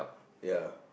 ya